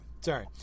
Sorry